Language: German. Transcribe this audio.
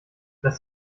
dass